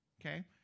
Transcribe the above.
Okay